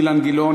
אילן גילאון,